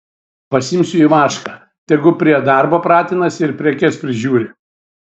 pasiimsiu ivašką tegu prie darbo pratinasi ir prekes prižiūri